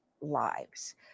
lives